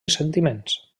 sentiments